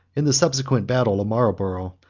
in the subsequent battle of marlborough,